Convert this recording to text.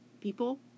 people